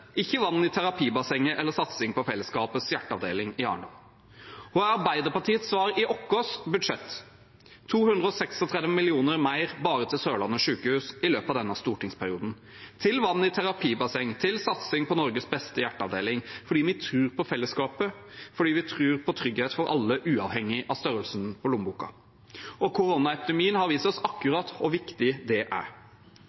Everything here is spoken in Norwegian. ikke vann i terapibassenget eller satsing på fellesskapets hjerteavdeling i Arendal. Hva er Arbeiderpartiets svar i vårt budsjett? Det er 236 mill. kr mer bare til Sørlandet sykehus i løpet av denne stortingsperioden – til vann i terapibasseng, til satsing på Norges beste hjerteavdeling, fordi vi tror på felleskapet, fordi vi tror på trygghet for alle uavhengig av størrelsen på lommeboken. Koronaepidemien har vist oss